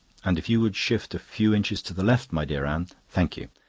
and if you would shift a few inches to the left, my dear anne. thank you.